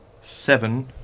Seven